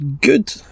good